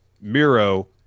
Miro